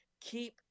keep